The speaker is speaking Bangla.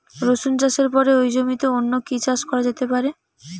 রসুন চাষের পরে ওই জমিতে অন্য কি চাষ করা যেতে পারে?